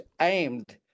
aimed